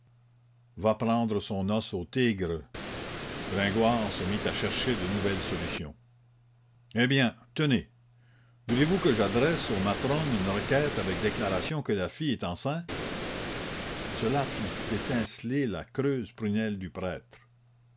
va prendre son os au tigre gringoire se mit à chercher de nouvelles solutions eh bien tenez voulez-vous que j'adresse aux matrones une requête avec déclaration que la fille est enceinte cela fit étinceler la creuse prunelle du prêtre